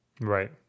right